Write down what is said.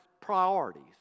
priorities